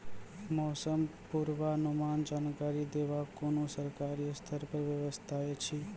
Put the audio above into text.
मौसम पूर्वानुमान जानकरी देवाक कुनू सरकारी स्तर पर व्यवस्था ऐछि?